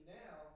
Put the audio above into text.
now